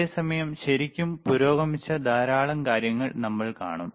അതേ സമയം ശരിക്കും പുരോഗമിച്ച ധാരാളം കാര്യങ്ങൾ നമ്മൾ കാണും